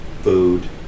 food